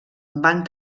van